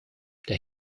der